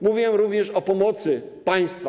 Mówiłem również o pomocy państwa.